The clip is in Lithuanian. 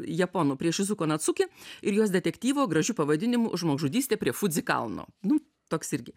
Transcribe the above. japonų prie šizuko nacuki ir jos detektyvo gražiu pavadinimu žmogžudystė prie fudzi kalno nu toks irgi